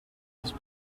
his